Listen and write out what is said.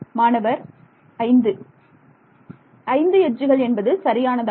மாணவர் 5 ஐந்து எட்ஜுகள் என்பது சரியானதாகும்